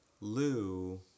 Lou